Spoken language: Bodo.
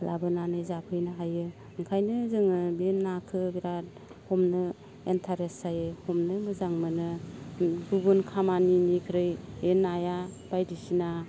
लाबोनानै जाफैनो हायो ओंखायनो जोङो बे नाखो बेराद हमनो इन्ट्रेस्ट जायो हमनो मोजां मोनो गुबुन खामानिनिख्रुइ बे नाया बायदिसिना